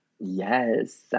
Yes